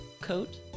coat